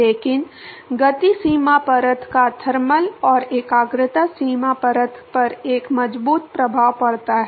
लेकिन गति सीमा परत का थर्मल और एकाग्रता सीमा परत पर एक मजबूत प्रभाव पड़ता है